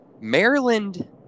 Maryland